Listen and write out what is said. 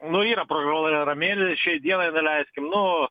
nu yra proglaramėlė šiai dienai daleiskim nu